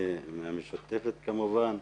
אני מהמשותפת, כמובן.